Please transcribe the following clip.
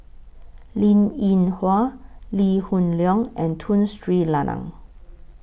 Linn in Hua Lee Hoon Leong and Tun Sri Lanang